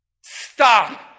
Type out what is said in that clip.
stop